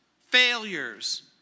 failures